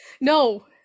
No